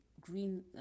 green